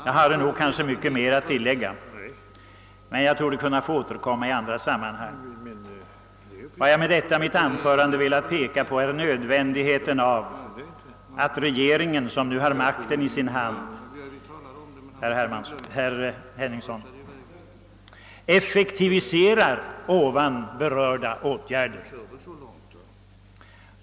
Jag hade mycket mer att tillägga, men jag får väl återkomma i andra sammanhang. Med detta anförande har jag velat peka på nödvändigheten att regeringen, som har makten i sin hand, herr Henrikson, effekturerar ovan berörda åtgärder.